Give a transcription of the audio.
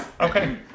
Okay